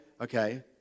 okay